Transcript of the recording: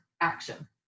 action